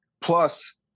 plus